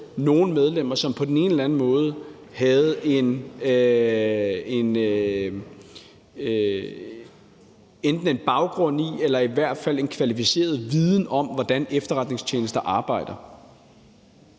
nogle medlemmer, som på den ene eller anden måde havde en baggrund i eller i hvert fald en kvalificeret viden om, hvordan efterretningstjenester arbejder.